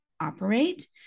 operate